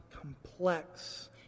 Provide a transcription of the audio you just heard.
complex